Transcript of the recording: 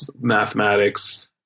mathematics